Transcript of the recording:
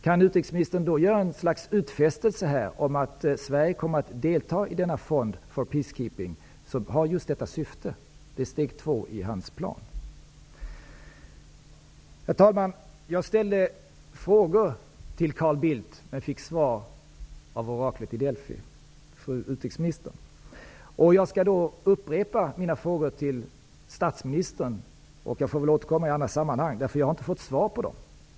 Kan utrikesministern då göra ett slags utfästelse här att Sverige kommer delta i en fond ''for peacekeeping'' som har detta syfte? Det är steg två i hans plan. Herr talman! Jag ställde frågor till Carl Bildt, men fick svar av oraklet i Delfi, fru utrikesministern. Jag skall då upprepa mina frågor till statsministern. Jag får väl återkomma i andra sammanhang, eftersom jag inte har fått svar på dem.